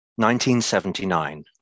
1979